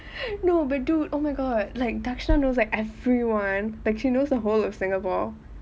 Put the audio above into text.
no but dude oh my god like darshna knows like everyone like she knows the whole of singapore